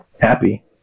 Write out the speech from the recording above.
happy